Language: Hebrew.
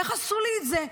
איך עשו לי את זה?